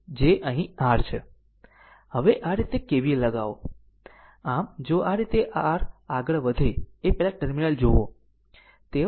આમ જો આ રીતે r આગળ વધે એ પહેલા ટર્મિનલ જોવો